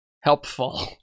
Helpful